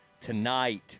tonight –